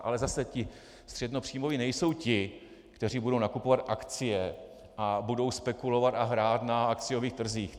Ale zase ti středněpříjmoví nejsou ti, kteří budou nakupovat akcie a budou spekulovat a hrát na akciových trzích.